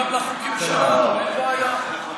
גם לחוקים שלנו, אין בעיה.